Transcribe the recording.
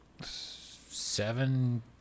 seven